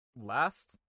Last